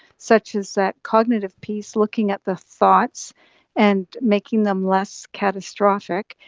such as that cognitive piece, looking at the thoughts and making them less catastrophic.